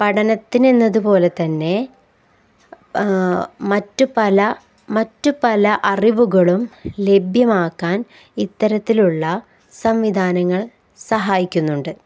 പഠനത്തിനെന്നതുപോലെ തന്നെ മറ്റു പല മറ്റു പല അറിവുകളും ലഭ്യമാക്കാൻ ഇത്തരത്തിലുള്ള സംവിധാനങ്ങൾ സഹായിക്കുന്നുണ്ട്